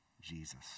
Jesus